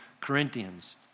Corinthians